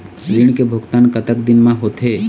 ऋण के भुगतान कतक दिन म होथे?